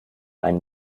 einen